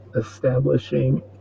establishing